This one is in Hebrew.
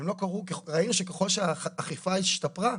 ראינו שככל שהאכיפה השתפרה,